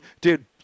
dude